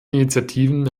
initiativen